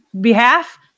behalf